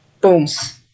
Booms